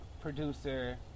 producer